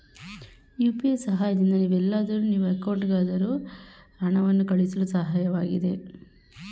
UPI ಸಹಾಯದಿಂದ ನೀವೆಲ್ಲಾದರೂ ನೀವು ಅಕೌಂಟ್ಗಾದರೂ ಹಣವನ್ನು ಕಳುಹಿಸಳು ಸಹಾಯಕವಾಗಿದೆ